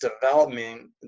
developing